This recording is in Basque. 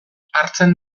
hartzen